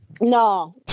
No